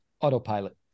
autopilot